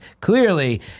Clearly